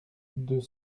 deux